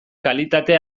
kalitate